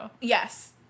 Yes